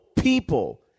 people